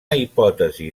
hipòtesi